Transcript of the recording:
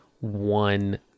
one